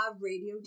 radio